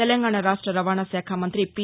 తెలంగాణ రాష్ట రవాణా శాఖ మంత్రి పి